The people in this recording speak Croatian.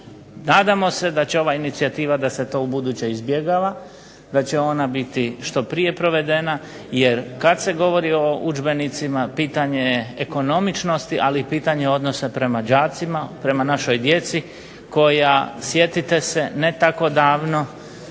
Nadamo se da će ova inicijativa da se to ubuduće izbjegava, da će ona biti što prije provedena. Jer kad se govori o udžbenicima pitanje je ekonomičnosti, ali i pitanje odnosa prema đacima, prema našoj djeci koja sjetite se ne tako davno